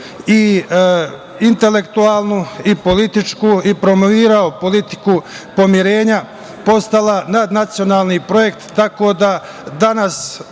i intelektualnu i političku i promovisao politiku pomirenja postala nadnacionalni projekt, tako da danas